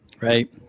Right